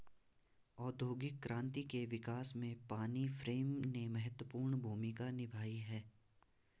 औद्योगिक क्रांति के विकास में पानी फ्रेम ने महत्वपूर्ण भूमिका निभाई है